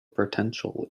potential